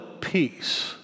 peace